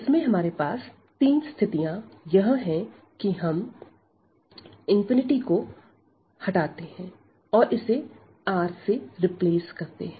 इसमें हमारे पास तीन स्थितियां यह है की हम को हटाते हैं और इसे R से रिप्लेस करते हैं